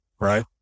Right